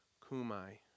Kumai